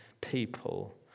people